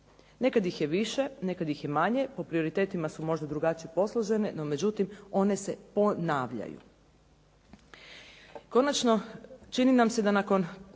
Nekad ih je više, nekad ih je manje, po prioritetima su možda drugačije posložene no međutim one se ponavljaju. Konačno, čini nam se da nakon